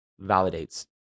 validates